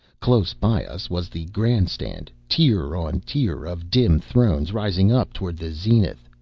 close by us was the grand stand tier on tier of dim thrones rising up toward the zenith.